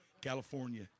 California